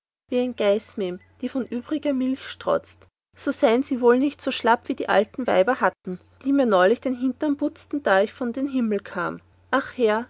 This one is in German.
wie ein gaiß mämm die von übriger milch strotzt sie seind wohl nicht so schlapp wie die alte weiber hatten die mir neulich den hindern butzten da ich in den himmel kam ach herr